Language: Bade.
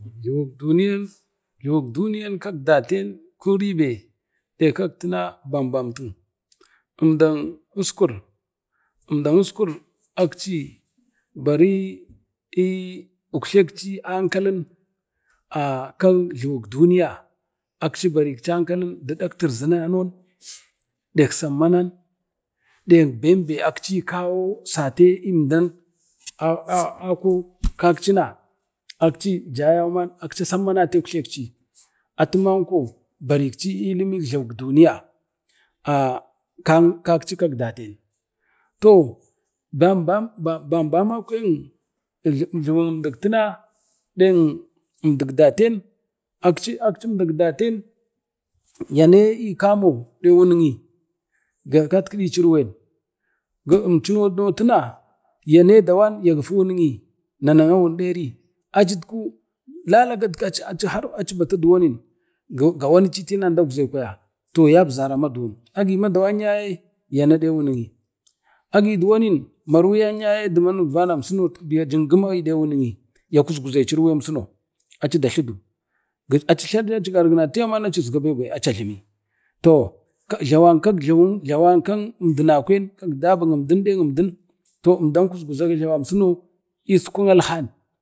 Jlawuk duniyan kak daten kuribe nək kək tina bam bam tu əmdan iskur-əmdan iskus akci bari uktlek ii ankalin Jlawuk duniya akci dek tirzananon, ɗek sammanon be akci kawo sati umdan ako kakcina akci ja yauman akci a sammati yarou atimanko barikci 'ilimik jlawuk duniya kakci kak daten, toh bam-bam kwekci jluwuk əmdik tina nen əmdak daten yane kamo ne wunii gatatkideci irwen, imchuno nautu na yane dawom ne wuni nana neri acit ku waka har aci bato gawani ci itinan kwaya nana nari toh yabzari amaduwam yana ɗe wuni i ayi duwon marwuyan yaye daten ai jingimma newu'i ya kusguze wuni i irwen suno na aci datledu, aci garginatu yauman aci izga bem-bem aci ajlumu, toh jlawan kan imdinakwen kan daban əmdin nen əmdin umdau kusguzago jlawaw i kunun alham,